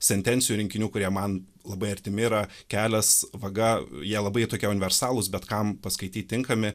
sentencijų rinkinių kurie man labai artimi yra kelias vaga jie labai tokie universalūs bet kam paskaityt tinkami